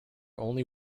only